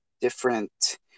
different